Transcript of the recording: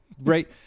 Right